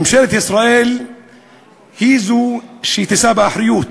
ממשלת ישראל היא שתישא באחריות,